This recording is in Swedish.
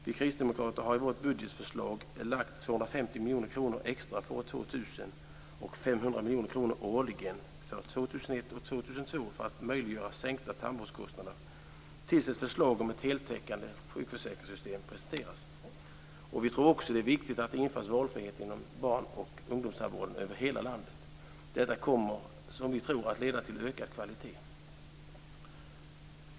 Vi kristdemokrater har i vårt budgetförslag lagt till 250 miljoner kronor extra för år 2000 och 500 miljoner kronor årligen för 2001 och 2002 för att möjliggöra sänkta tandvårdskostnader till dess ett förslag om ett heltäckande sjukförsäkringssystem presenteras. Vi tror också att det är viktigt att det införs valfrihet inom barn och ungdomstandvården över hela landet. Detta kommer att leda till ökad kvalitet.